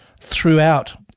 throughout